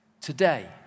today